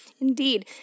Indeed